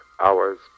hours